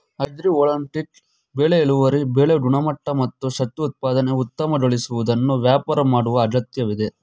agrivoltaic ಬೆಳೆ ಇಳುವರಿ ಬೆಳೆ ಗುಣಮಟ್ಟ ಮತ್ತು ಶಕ್ತಿ ಉತ್ಪಾದನೆ ಉತ್ತಮಗೊಳಿಸುವುದನ್ನು ವ್ಯಾಪಾರ ಮಾಡುವ ಅಗತ್ಯವಿದೆ